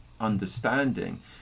understanding